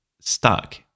stuck